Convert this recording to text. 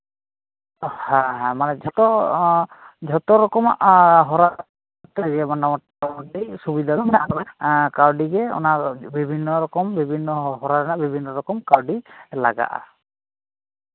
ᱦᱮᱸ ᱦᱮᱸ ᱢᱟᱱᱮ ᱡᱷᱚᱛᱚ ᱡᱷᱚᱛᱚ ᱨᱚᱠᱚᱢᱟᱜ ᱦᱚᱨᱟ ᱛᱮᱜᱮ ᱢᱳᱴᱟᱢᱩᱴᱤ ᱥᱩᱵᱤᱫᱷᱟ ᱫᱚ ᱢᱮᱱᱟᱜ ᱠᱟᱫᱟ ᱠᱟᱹᱣᱰᱤ ᱜᱮ ᱵᱤᱵᱷᱤᱱᱱᱚ ᱨᱚᱠᱚᱢ ᱵᱤᱵᱷᱤᱱᱱᱚ ᱦᱚᱨᱟ ᱨᱮᱱᱟᱜ ᱵᱤᱵᱷᱤᱱᱱᱚ ᱨᱚᱠᱚᱢ ᱠᱟᱹᱣᱰᱤ ᱞᱟᱜᱟᱜᱼᱟ